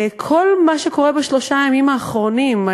כל מה שקורה בשלושת הימים האחרונים,